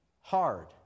hard